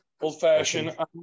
old-fashioned